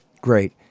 Great